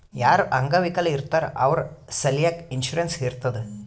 ಯಾರು ಅಂಗವಿಕಲ ಇರ್ತಾರ್ ಅವ್ರ ಸಲ್ಯಾಕ್ ಇನ್ಸೂರೆನ್ಸ್ ಇರ್ತುದ್